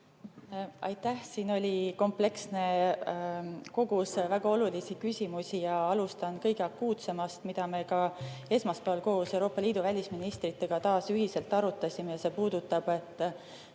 Aitäh! Siin oli kompleksne kogus väga olulisi küsimusi. Alustan kõige akuutsemast, mida me esmaspäeval koos Euroopa Liidu välisministritega taas ühiselt arutasime. See puudutab